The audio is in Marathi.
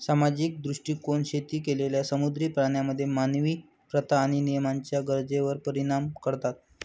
सामाजिक दृष्टीकोन शेती केलेल्या समुद्री प्राण्यांमध्ये मानवी प्रथा आणि नियमांच्या गरजेवर परिणाम करतात